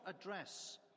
address